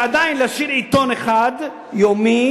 ועדיין להשאיר עיתון אחד יומי,